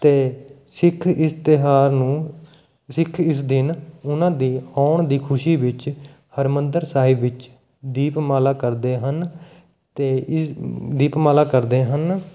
ਅਤੇ ਸਿੱਖ ਇਸ ਤਿਉਹਾਰ ਨੂੰ ਸਿੱਖ ਇਸ ਦਿਨ ਉਹਨਾਂ ਦੀ ਆਉਣ ਦੀ ਖੁਸ਼ੀ ਵਿੱਚ ਹਰਿਮੰਦਰ ਸਾਹਿਬ ਵਿੱਚ ਦੀਪਮਾਲਾ ਕਰਦੇ ਹਨ ਅਤੇ ਇਸ ਦੀਪ ਮਾਲਾ ਕਰਦੇ ਹਨ